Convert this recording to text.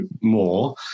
more